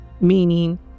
meaning